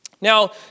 Now